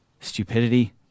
stupidity